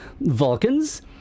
Vulcans